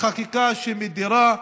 היא חקיקה שמדירה,